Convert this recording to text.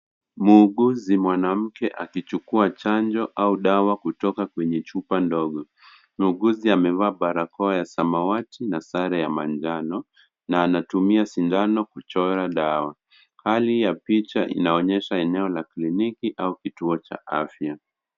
Muuguzi mwanamke akichukua chanjo au dawa kutoka kwenye chupa ndogo. Muuguzi amevaa barakoa ya samawati na sare ya manjano na anatumia sindano kuchora dawa. Hali ya picha inaonyesha eneo la kliniki au kituo cha afya.